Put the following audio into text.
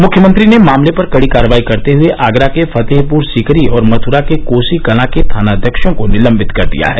मुख्यमंत्री ने मामले पर कड़ी कार्रवाई करते हुए आगरा के फतेहपुर सीकरी और मथुरा के कोसी कलां के थानाध्यक्षों को निलंबित कर दिया है